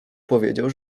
powiedział